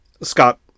Scott